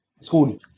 school